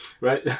right